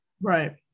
Right